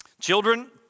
Children